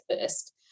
first